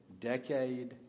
Decade